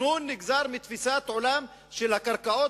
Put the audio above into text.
התכנון נגזר מתפיסת עולם על הקרקעות